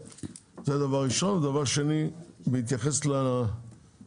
הדבר השני שאני מבקש הוא התייחסות לתוספת,